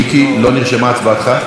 מיקי, לא נרשמה הצבעתך?